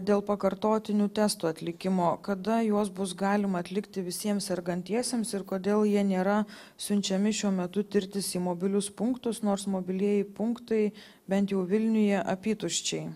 dėl pakartotinių testų atlikimo kada juos bus galima atlikti visiems sergantiesiems ir kodėl jie nėra siunčiami šiuo metu tirtis į mobilius punktus nors mobilieji punktai bent jau vilniuje apytuščiai